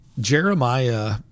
Jeremiah